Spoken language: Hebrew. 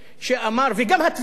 שאמר, וגם התביעה,